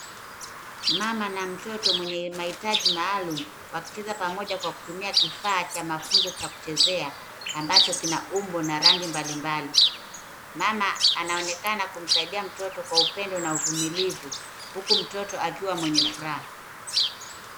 Mama na mtoto mwenye mahitaji maalum wakicheza pamoja kwa kutumia kifaa cha mafunzo cha kuchezea ambacho kina umbo na rangi mbalimbali. Mama anaonekana kumsaidia mtoto kwa upendo na uvumilivu huku mtoto akiwa mwenye furaha.